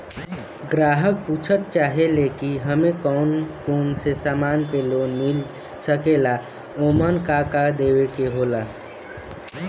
ग्राहक पुछत चाहे ले की हमे कौन कोन से समान पे लोन मील सकेला ओमन का का देवे के होला?